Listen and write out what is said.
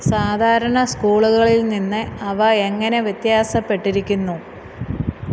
സാധാരണ സ്കൂളുകളിൽ നിന്ന് അവ എങ്ങനെ വ്യത്യാസപ്പെട്ടിരിക്കുന്നു